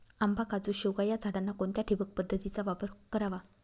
आंबा, काजू, शेवगा या झाडांना कोणत्या ठिबक पद्धतीचा वापर करावा?